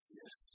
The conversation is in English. yes